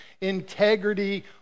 integrity